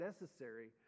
necessary